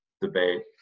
debate